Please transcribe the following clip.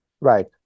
Right